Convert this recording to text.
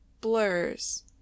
blurs